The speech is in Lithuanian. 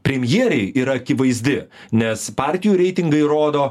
premjerei yra akivaizdi nes partijų reitingai rodo